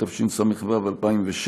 התשס"ו 2006,